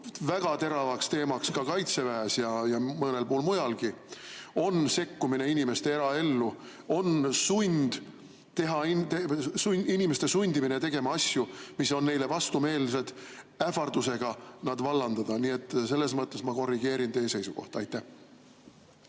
väga terav teema ka Kaitseväes ja mõnel pool mujalgi, on sekkumine inimeste eraellu. See on inimeste sundimine tegema asju, mis on neile vastumeelsed, aga neid ähvardatakse vallandada. Nii et selles mõttes ma korrigeerin teie seisukohta. Aitäh,